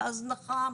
ההזנחה,